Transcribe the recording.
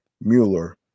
Mueller